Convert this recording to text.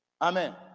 Amen